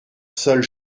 seule